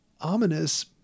ominous